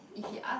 if he ask